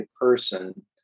person